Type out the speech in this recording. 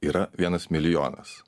yra vienas milijonas